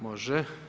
Može.